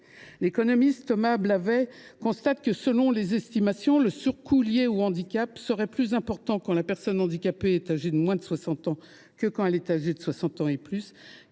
L’économiste Thomas Blavet constate que, selon les estimations, le surcoût lié au handicap serait plus important quand la personne handicapée est âgée de moins de 60 ans que quand elle est âgée de 60 ans et plus,